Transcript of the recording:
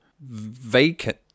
vacant